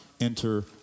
enter